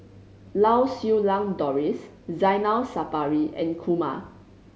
Lau Siew Lang Doris Zainal Sapari and Kumar